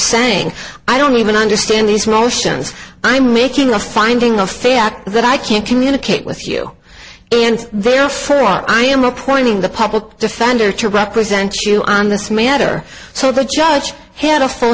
saying i don't even understand these motions i'm making a finding of fact that i can't communicate with you and therefore i am appointing the public defender to represent you on this matter so the judge had a